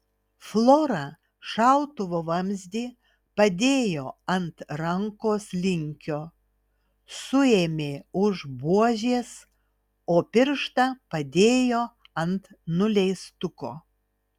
flora šautuvo vamzdį padėjo ant rankos linkio suėmė už buožės o pirštą padėjo ant nuleistuko